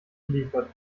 geliefert